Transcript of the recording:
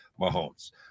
Mahomes